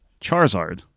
Charizard